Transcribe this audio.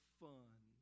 fun